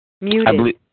Muted